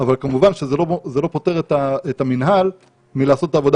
אבל כמובן שהוא לא פוטר את המינהל מלעשות את העבודה